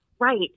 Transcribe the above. Right